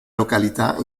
località